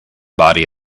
body